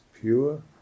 pure